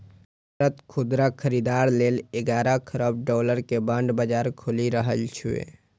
भारत खुदरा खरीदार लेल ग्यारह खरब डॉलर के बांड बाजार खोलि रहल छै